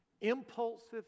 Impulsive